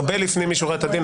הרבה לפנים משורת הדין,